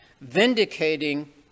vindicating